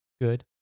Good